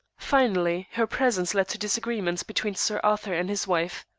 finally, her presence led to disagreements between sir arthur and his wife.